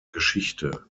geschichte